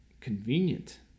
convenient